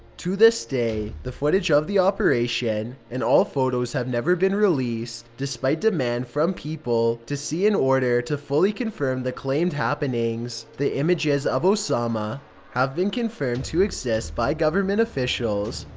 to this day, the footage of the operation and all photos have never been released, despite demand from people to see in order to fully confirm the claimed happenings. the images of osama have been confirmed to exist by government officials,